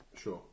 Sure